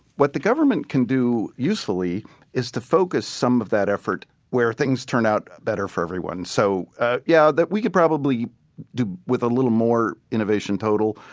what the government can do usefully is to focus some of that effort where things turn out better for everyone. so yeah, we could probably do with a little more innovation total.